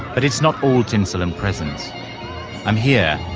but it's not all tinsel and presents, and here,